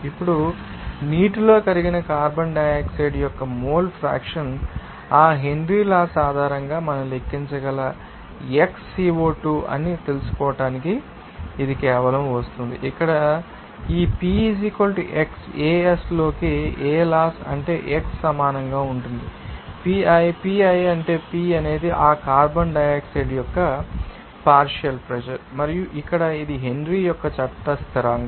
ఇప్పుడు నీటిలో కరిగిన కార్బన్ డయాక్సైడ్ యొక్క మోల్ ఫ్రాక్షన్ ఆ హెన్రీ లాస్ ఆధారంగా మనం లెక్కించగల Xco2 అని తెలుసుకోవటానికి ఇది కేవలం వస్తోంది ఇక్కడ ఈ p x ఏస్లోకి ఏ లాస్ అంటే x సమానంగా ఉంటుంది pi pi అంటే p అనేది ఆ కార్బన్ డయాక్సైడ్ యొక్క పార్షియల్ ప్రెషర్ మరియు ఇక్కడ ఇది హెన్రీ యొక్క చట్ట స్థిరాంకం